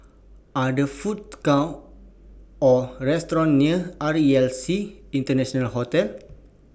Are There Food Courts Or restaurants near R E L C International Hotel